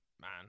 man